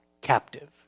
captive